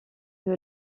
que